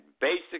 Basic